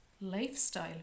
lifestyle